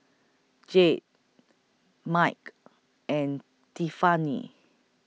Jed Mike and Tiffani